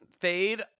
Fade